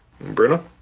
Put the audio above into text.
Bruno